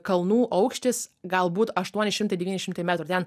kalnų aukštis galbūt aštuoni šimtai devyni šimtai metrų ten